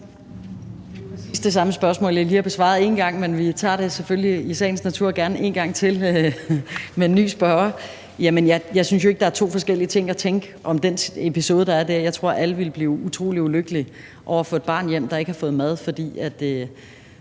det samme spørgsmål, jeg lige har besvaret en gang, men vi tager det selvfølgelig i sagens natur gerne en gang til med en ny spørger. Jeg synes jo ikke, at der er to forskellige ting at tænke om den episode, der er dér. Jeg tror, at alle ville blive utrolig ulykkelige over at få et barn hjem, der ikke har fået mad, fordi der